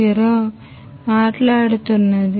0 మాట్లాడుతున్నది